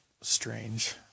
strange